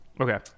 Okay